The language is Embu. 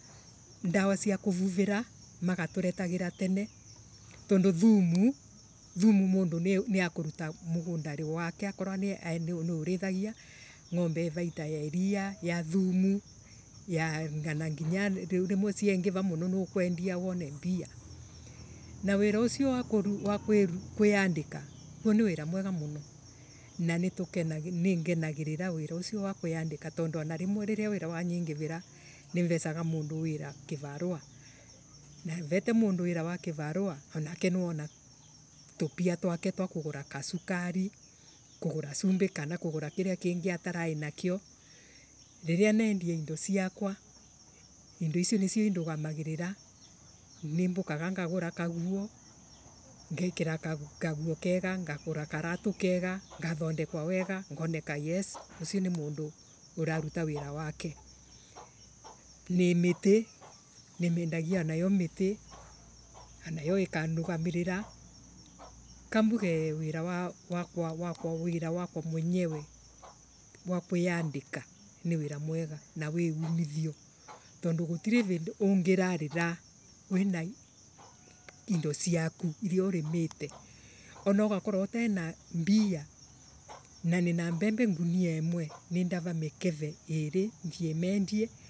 Dawa cia kuvuvira magaturetagira tene tondu thumu thumu. Mundu niakuruta mugundari wake akorwo niaraithagia ngobe ii vaita ya iria. ya thumu ya nginya riu ciengira muno niukwendia wone mbia. Na wira ucio wa kuiandika ni wira mwega muno. Na ningenagiiri ra wira ucio wa kulandika tondu rimwe wanariria wira wanyingirira ni mvesaga mundu kivarua. Mvete mundu wira wa kivarua anake nionaga tupia tuake twa kugura kasukari kasumbi kana kugura kiria kingi atarai nakio. Riria nendia indo ciakwa. indo icia nicio indugamagirira. nimbukaga ngigura kaguo ngekira kaguo kega ngagura. karatu kega ngathonde kwa wega ngoneka yes ucio ni mundu uravuta wira wake. Nii miti nimendagia wanayo miti anayo ika nugamirira. Kambuge wira wakwa wakwa wira wakwa mwenyewe wa kuiandika ni wira mwega na wi umuthio. Tondu gutiri vindi ungirarira winaindociaku iria urimite. Araugakorwo utenambia na ni na mbembe ngunia imwe nindava mikeve iire nthie mendie